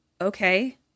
okay